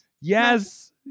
Yes